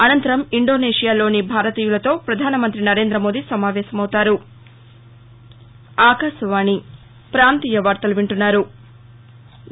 అనంతరం ఇండోనేషియాలోని భారతీయులతో పధాని నరేంద మోదీ సమావేశమవుతారు